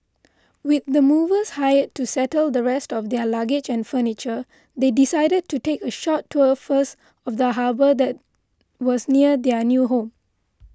with the movers hired to settle the rest of their luggage and furniture they decided to take a short tour first of the harbour that was near their new home